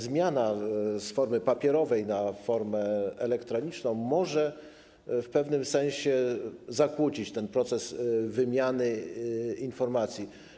Zmiana z formy papierowej na elektroniczną może w pewnym sensie zakłócić proces wymiany informacji.